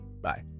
Bye